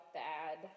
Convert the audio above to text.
bad